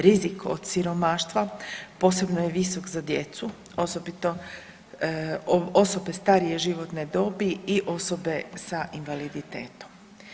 Rizik od siromaštva posebno je visok za djecu, osobito osobe starije životne dobi i osobe sa invaliditetom.